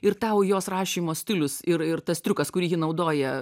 ir tau jos rašymo stilius ir ir tas triukas kurį ji naudoja